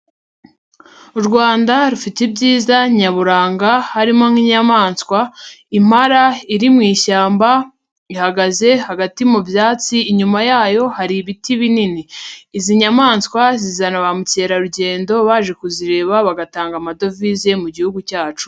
U Rwanda rufite ibyiza nyaburanga, harimo nk'inyamaswa, impara iri mu ishyamba, ihagaze hagati mu byatsi, inyuma yayo hari ibiti binini. Izi nyamaswa zizana ba mukerarugendo, baje kuzireba, bagatanga amadovize mu gihugu cyacu.